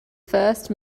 first